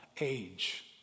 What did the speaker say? age